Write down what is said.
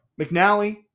McNally –